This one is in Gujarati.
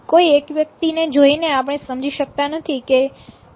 કોઈ વ્યક્તિ ને જોઈને આપણે સમજી શકતા નથી કે તે હકીકત માં કેવી છે